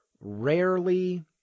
Rarely